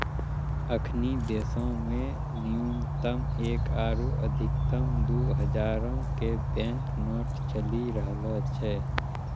अखनि देशो मे न्यूनतम एक आरु अधिकतम दु हजारो के बैंक नोट चलि रहलो छै